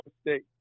State